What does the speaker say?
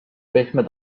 pehme